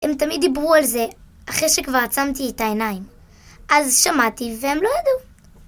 הם תמיד דיברו על זה, אחרי שכבר עצמתי את העיניים. אז שמעתי, והם לא ידעו.